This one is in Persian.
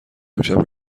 امشب